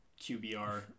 QBR